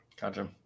Gotcha